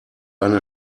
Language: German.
eine